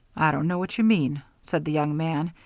i don't know what you mean, said the young man,